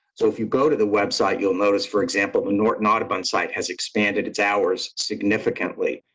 so if you go to the website, you'll notice, for example, the norton audubon site has expanded its hours significantly.